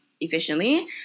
efficiently